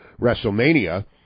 WrestleMania